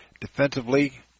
Defensively